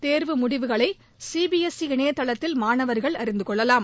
தேர்வு முடிவுகளை C B S E இணையதளத்தில் மாணவர்கள் அறிந்து கொள்ளலாம்